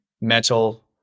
metal